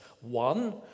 One